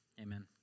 Amen